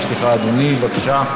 בבקשה.